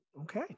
Okay